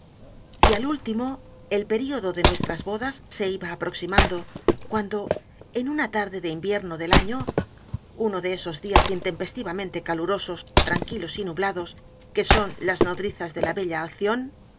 y al último el período de nuestras bodas se iba aproximando cuando en una t a r d e de invierno del año uno de esos días intempestivamente calurosos tranquilos y nublados que son las nodrizas de la bella alción